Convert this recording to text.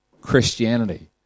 Christianity